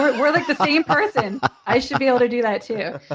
we're we're like the same person, i should be able to do that too.